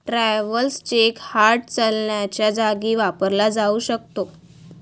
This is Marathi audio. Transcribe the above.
ट्रॅव्हलर्स चेक हार्ड चलनाच्या जागी वापरला जाऊ शकतो